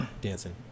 dancing